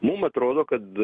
mum atrodo kad